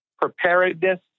preparedness